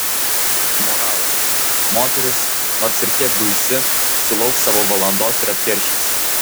moralas moteris nors ir kiek guisi sulauks savo valandos ir atkeršys